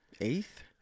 Eighth